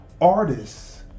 artists